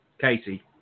Casey